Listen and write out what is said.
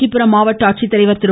காஞ்சிபுரம் மாவட்ட ஆட்சித்தலைவர் திரு